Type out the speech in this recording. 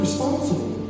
Responsible